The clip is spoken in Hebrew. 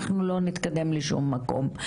אנחנו לא נתקדם לשום מקום.